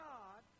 God